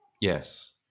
Yes